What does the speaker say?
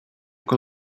que